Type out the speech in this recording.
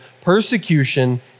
persecution